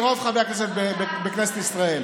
ורוב חברי הכנסת בכנסת ישראל.